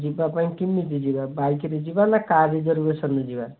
ଯିବା ପାଇଁ କେମିତି ଯିବା ବାଇକ୍ରେ ଯିବା ନା କାର୍ ରିଜରର୍ଭେସନ୍ରେ ଯିବା